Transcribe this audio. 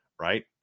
right